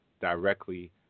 directly